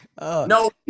no